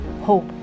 hope